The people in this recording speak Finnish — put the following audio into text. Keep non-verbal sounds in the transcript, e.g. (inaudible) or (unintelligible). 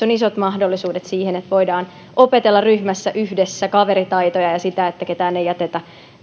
(unintelligible) on isot mahdollisuudet siihen että voidaan opetella ryhmässä yhdessä kaveritaitoja ja sitä että ketään ei jätetä